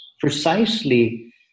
precisely